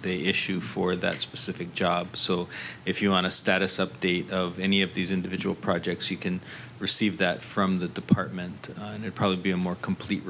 they issue for that specific job so if you want a status update of any of these individual projects you can receive that from the department and it probably be a more complete